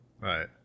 right